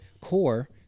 core